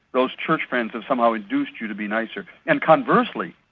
those church friends have somehow induced you to be nicer. and conversely,